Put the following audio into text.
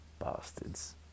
bastards